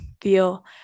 feel